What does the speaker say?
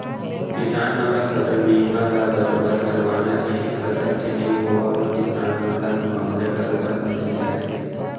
किसान मन ल फसल बीमा ल बरोबर करवाना चाही फसल के नइ होवब म किसान मन ला मुवाजा बरोबर मिल ही जाथे